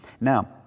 Now